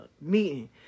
meeting